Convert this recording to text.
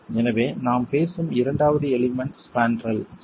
எனவே நாம் பேசும் இரண்டாவது எலிமெண்ட் ஸ்பான்ட்ரல் சரி